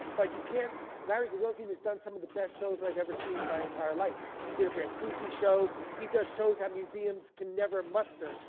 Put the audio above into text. but you can't, larry gagosian has done some of the best shows that i've ever seen in my entire life. he did a brancusi show. he does shows that museums can never muster.